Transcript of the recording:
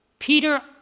Peter